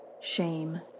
shame